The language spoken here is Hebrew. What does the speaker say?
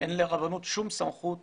אין לרבנות שום סמכות